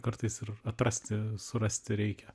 kartais ir atrasti surasti reikia